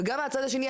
ומצד שני,